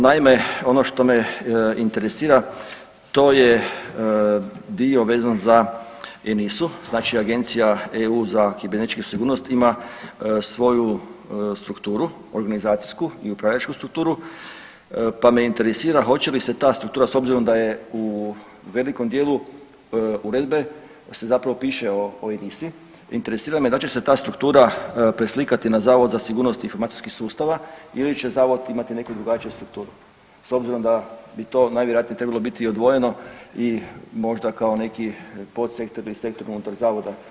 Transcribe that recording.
Naime, ono što me interesira to je dio vezan za ENISA-u znači Agencija EU za kibernetičku sigurnost ima svoju strukturu organizacijsku i upravljačku strukturu pa me interesira hoće li se ta struktura s obzirom da je u velikom dijelu uredbe se zapravo piše o ENISA-i, interesira me da li će se ta struktura preslikati na Zavod za sigurnost informacijskih sustava ili će zavod imati neku drugačiju strukturu, s obzirom da bi to najvjerojatnije trebalo biti odvojeno i možda kao neki podsektor ili sektor unutar zavoda?